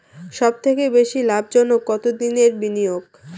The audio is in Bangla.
সবথেকে বেশি লাভজনক কতদিনের বিনিয়োগ?